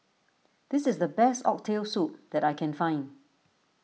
this is the best Oxtail Soup that I can find